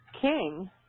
king